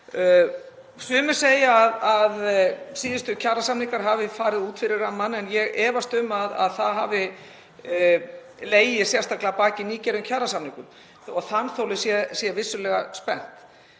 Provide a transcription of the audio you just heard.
Sumir segja að síðustu kjarasamningar hafi farið út fyrir rammann en ég efast um að það hafi legið sérstaklega að baki nýgerðum kjarasamningum þó að þanþolið sé vissulega spennt.